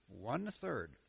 one-third